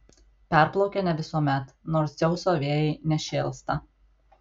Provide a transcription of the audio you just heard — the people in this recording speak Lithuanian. perplaukia ne visuomet nors dzeuso vėjai nešėlsta